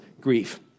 grief